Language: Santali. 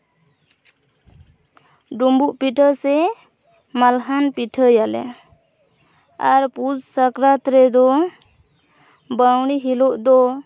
ᱰᱩᱸᱵᱩᱜ ᱯᱤᱴᱷᱟᱹ ᱥᱮ ᱢᱟᱞᱦᱟᱱ ᱯᱤᱴᱷᱟᱹᱭᱟᱞᱮ ᱟᱨ ᱯᱩᱥ ᱥᱟᱠᱨᱟᱛ ᱨᱮᱫᱚ ᱵᱟᱣᱬᱤ ᱦᱤᱞᱳᱜ ᱫᱚ